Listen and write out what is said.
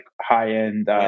high-end